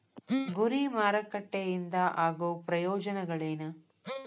ಗುರಿ ಮಾರಕಟ್ಟೆ ಇಂದ ಆಗೋ ಪ್ರಯೋಜನಗಳೇನ